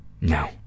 No